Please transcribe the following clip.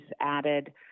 added